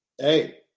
Hey